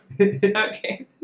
Okay